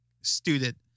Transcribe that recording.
student